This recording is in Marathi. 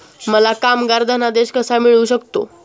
मला कामगार धनादेश कसा मिळू शकतो?